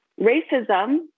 racism